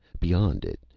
beyond it.